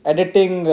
Editing